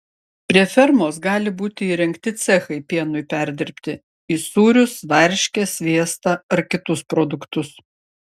prie fermos gali būti įrengti cechai pienui perdirbti į sūrius varškę sviestą ar kitus produktus